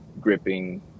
gripping